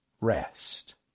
Rest